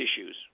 issues